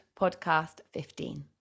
podcast15